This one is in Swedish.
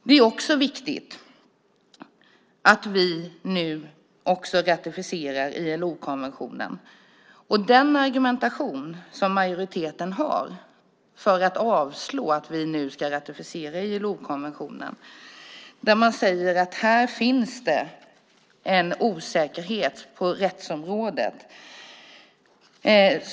Det är också viktigt att vi nu ratificerar ILO-konventionen. Den argumentation som majoriteten har för att vi nu ska avslå att ratificera ILO-konventionen är att det finns en osäkerhet på rättsområdet.